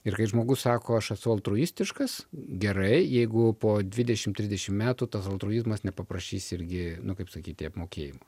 ir kai žmogus sako aš esu altruistiškas gerai jeigu po dvidešimt trisdešimt metų tas altruizmas nepaprašys irgi nu kaip sakyt apmokėjimo